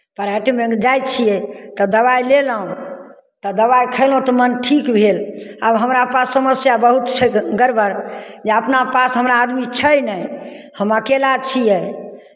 प्राइभेटमे जाइ छियै तऽ दबाइ लेलहुँ तऽ दबाइ खयलहुँ तऽ मन ठीक भेल आब हमरा पास समस्या बहुत छै गड़बड़ जे अपना पास हमरा आदमी छै नहि हम अकेला छियै